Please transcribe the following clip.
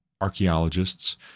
archaeologists